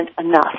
enough